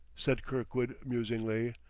said kirkwood musingly.